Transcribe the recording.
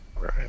Right